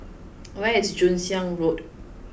where is Joon Hiang Road